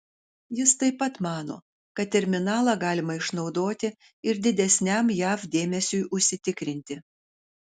jis taip pat mano kad terminalą galima išnaudoti ir didesniam jav dėmesiui užsitikrinti